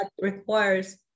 requires